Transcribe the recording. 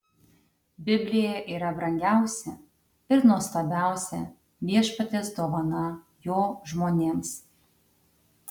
biblija yra brangiausia ir nuostabiausia viešpaties dovana jo žmonėms